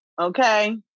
okay